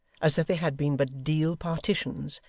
as if they had been but deal partitions,